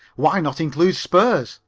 why not include spurs?